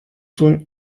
soon